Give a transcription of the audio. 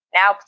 now